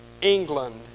England